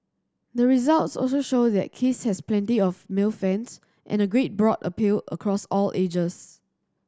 the results also show that Kiss has plenty of male fans and a great broad appeal across all ages